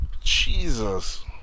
jesus